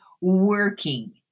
working